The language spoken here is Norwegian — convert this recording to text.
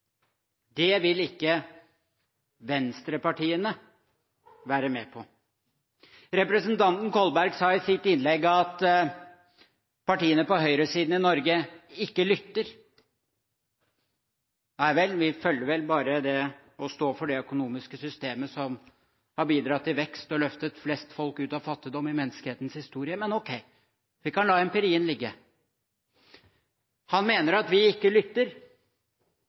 Det vil ikke venstrepartiene være med på. Representanten Kolberg sa i sitt innlegg at partiene på høyresiden i Norge ikke lytter. Nei vel, vi følger vel bare og står for det økonomiske systemet som har bidratt til vekst, og som har løftet flest folk ut av fattigdom gjennom menneskehetens historie, men ok: Vi kan la empirien ligge. Han mener at vi ikke lytter